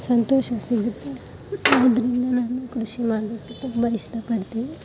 ಸಂತೋಷ ಸಿಗುತ್ತೆ ಆದ್ದರಿಂದ ನಾನು ಕೃಷಿ ಮಾಡೋಕೆ ತುಂಬ ಇಷ್ಟಪಡ್ತೀನಿ